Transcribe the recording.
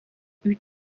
eut